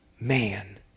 man